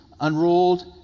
unrolled